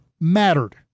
mattered